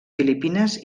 filipines